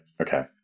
Okay